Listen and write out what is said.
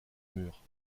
mur